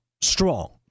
strong